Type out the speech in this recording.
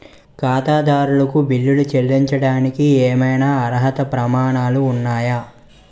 ఖాతాదారులకు బిల్లులు చెల్లించడానికి ఏవైనా అర్హత ప్రమాణాలు ఉన్నాయా?